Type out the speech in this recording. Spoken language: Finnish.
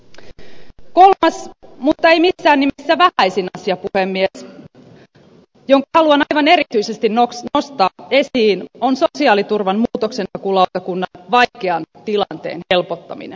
kolmas mutta ei missään nimessä vähäisin asia puhemies jonka haluan aivan erityisesti nostaa esiin on so siaaliturvan otoksen kulot kunnat sosiaaliturvan muutoksenhakulautakunnan vaikean tilanteen helpottaminen